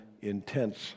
intense